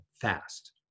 fast